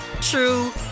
true